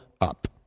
up